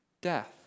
death